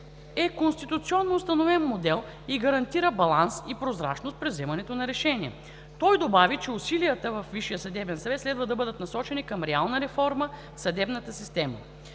е конституционно установен модел и гарантира баланс и прозрачност при взимането на решения. Той добави, че усилията във Висшия съдебен съвет следва да бъдат насочени към реална реформа в съдебната система.